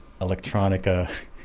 electronica